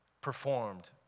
performed